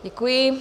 Děkuji.